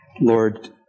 Lord